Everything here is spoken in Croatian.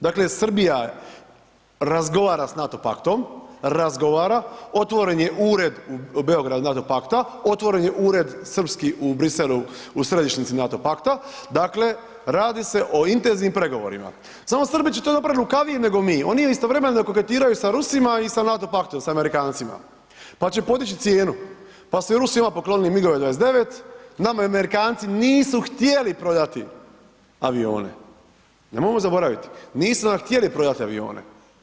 Dakle, Srbija razgovara s NATO paktom, razgovara, otvoren je ured u Beogradu NATO pakta, otvoren je ured srpski u Briselu u središnjici NATO pakta, dakle, radi se o intenzivnim pregovorima samo Srbi će napravit lukavije nego mi, oni istovremeno koketiraju sa Rusima i sa NATO paktom sa Amerikancima, pa će podići cijenu, pa su i Rusima poklonili MIG-ove 29, nama Amerikanci nisu htjeli prodati avione, nemojmo zaboraviti, nisu nam htjeli prodati avione.